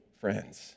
friends